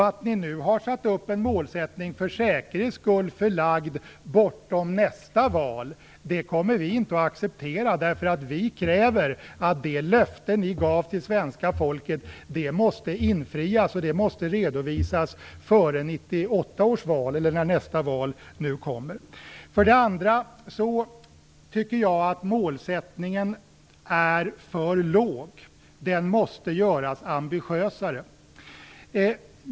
Att ni nu har satt upp en målsättning, som för säkerhets skull är förlagd bortom nästa val, kommer vi inte att acceptera, därför att vi kräver att det löfte som ni gav till svenska folket måste infrias och redovisas före 1998 års val eller när nästa val nu äger rum. För det andra tycker jag att målsättningen är för låg. Den måste göras ambitiösare.